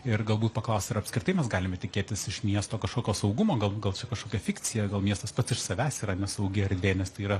ir galbūt paklaust ar apskritai mes galime tikėtis iš miesto kažkokio saugumo gal gal čia kažkokia fikcija gal miestas pats iš savęs yra nesaugi erdvė nes tai yra